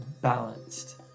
balanced